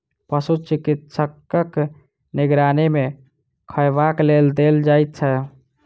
पशु चिकित्सकक निगरानी मे खयबाक लेल देल जाइत छै